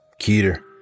Keter